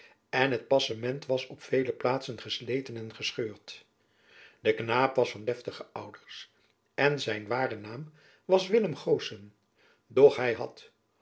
en het passement was op vele plaatsen gesleten en gescheurd de knaap was van deftige ouders en zijn ware naam was willem goossen doch hy had